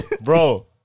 bro